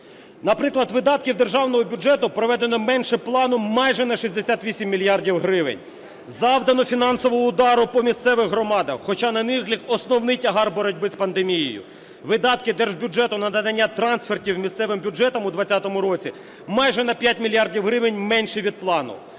Наприклад, видатків державного бюджету проведено менше плану майже на 68 мільярдів гривень. Завдано фінансового удару по місцевих громадах. Хоча на них ліг основний тягар боротьби з пандемією. Видатки держбюджету на надання трансфертів місцевим бюджетам у 20-му році майже на 5 мільярдів менші від плану.